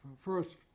first